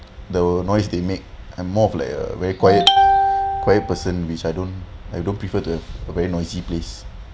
there were noise they make and more of like a very quiet quite person which I don't I don't prefer to have a noisy place